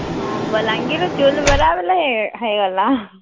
ହଁ ବଲାଙ୍ଗୀର୍ର ଚଉଲ୍ ବରା ବେଲେ ହେଇଗଲା